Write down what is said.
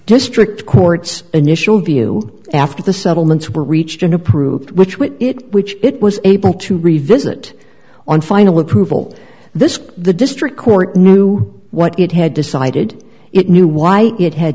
district court's initial view after the settlements were reached an approved which would it which it was able to revisit on final approval this the district court knew what it had decided it knew why it had